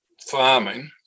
farming